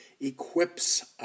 equips